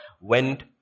went